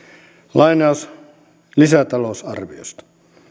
lainaus lisätalousarviosta